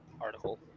article